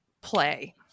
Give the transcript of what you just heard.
play